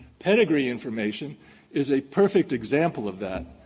pedigree information is a perfect example of that.